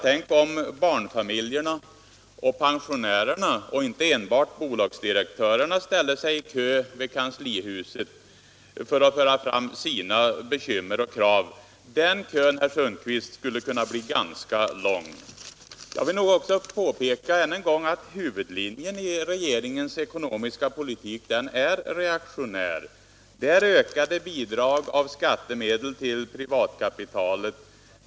Tänk om barnfamiljerna och pensionärerna och inte enbart bolagsdirektörerna ställde sig i kö vid kanslihuset för att föra fram sina be kymmer och krav! Den kön, herr Sundkvist, skulle bli ganska lång. Jag vill påpeka än en gång att huvudlinjen i regeringens ekonomiska politik är reaktionär. Det är ökade bidrag av skattemedel till privatkapitalet.